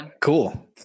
Cool